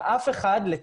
אף אחד, לצערי,